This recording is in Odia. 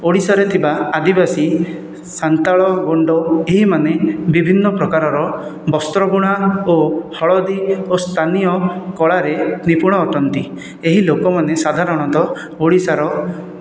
ଓଡ଼ିଶାରେ ଥିବା ଆଦିବାସୀ ସାନ୍ତାଳ ଗଣ୍ଡ ଏହି ମାନେ ବିଭିନ୍ନ ପ୍ରକାର ବସ୍ତ୍ର ବୁଣା ଓ ହଳଦୀ ଓ ସ୍ଥାନୀୟ କଳାରେ ନିପୁଣ ଅଟନ୍ତି ଏହି ଲୋକମାନେ ସାଧାରଣତଃ ଓଡ଼ିଶାର